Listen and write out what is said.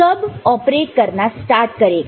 कब ऑपरेट करना स्टार्ट करेगा